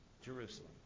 Jerusalem